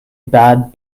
bad